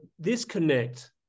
disconnect